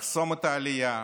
לחסום את העלייה,